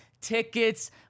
tickets